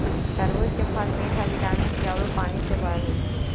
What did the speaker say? तरबूज के फल मिठ आ विटामिन सी आउरो पानी से भरल होई छई